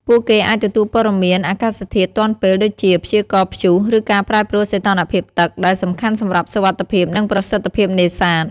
ពួកគេអាចទទួលព័ត៌មានអាកាសធាតុទាន់ពេល ដូចជាព្យាករណ៍ព្យុះ ឬការប្រែប្រួលសីតុណ្ហភាពទឹក ដែលសំខាន់សម្រាប់សុវត្ថិភាព និងប្រសិទ្ធភាពនេសាទ។